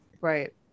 Right